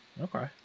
Okay